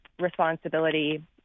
responsibility